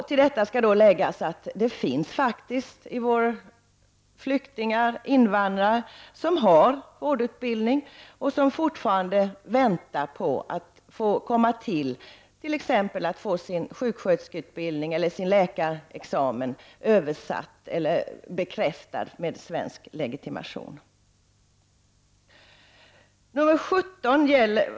Till detta skall läggas att det finns faktiskt bland våra flyktingar och invandrare de som har vårdutbildning och som fortfarande väntar på att få sina sjuksköterskeutbildningar eller läkarexamina bekräftade med svensk legitimation.